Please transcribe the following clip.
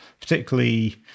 particularly –